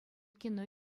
кино